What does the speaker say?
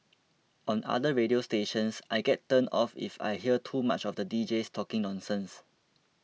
on other radio stations I get turned off if I hear too much of the deejays talking nonsense